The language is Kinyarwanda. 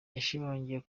yashimangiye